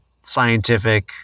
scientific